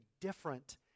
different